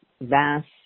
vast